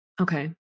Okay